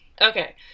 Okay